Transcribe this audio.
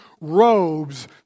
robes